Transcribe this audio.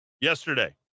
yesterday